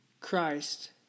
Christ